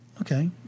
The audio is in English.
Okay